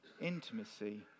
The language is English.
intimacy